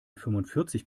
fünfundvierzig